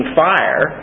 fire